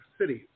cities